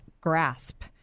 grasp